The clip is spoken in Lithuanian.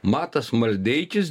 matas maldeikis